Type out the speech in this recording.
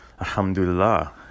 Alhamdulillah